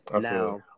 Now